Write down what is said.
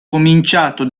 cominciato